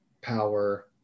power